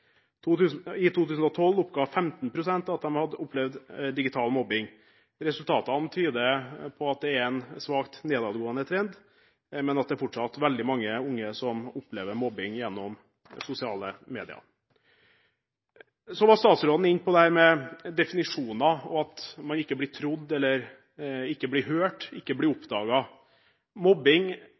I 2012 oppga 15 pst. at de hadde opplevd digital mobbing. Resultatene tyder på at det er en svakt nedadgående trend, men at det fortsatt er veldig mange unge som opplever mobbing gjennom sosiale medier. Statsråden var inne på dette med definisjoner og at man ikke blir trodd eller ikke blir hørt – ikke blir oppdaget. Mobbing